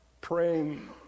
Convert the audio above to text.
praying